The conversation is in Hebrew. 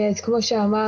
אז כמו שאמרת,